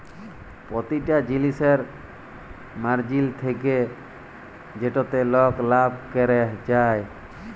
পতিটা জিলিসের মার্জিল থ্যাকে যেটতে লক লাভ ক্যরে যায়